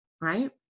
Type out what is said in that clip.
right